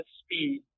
speed